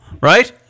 right